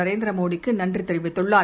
நரேந்திரமோடிக்குநன்றிதெரிவித்துள்ளார்